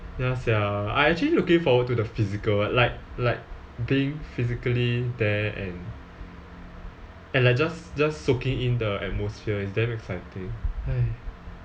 ya sia I actually looking forward to the physical like like being physically there and and like just just soaking in the atmosphere it's damn exciting